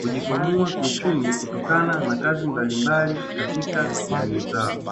kujikwamua kiuchumi kutokana na kazi mbalimbali katika jamii zao.